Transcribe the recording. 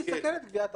תסכל את גביית החוב,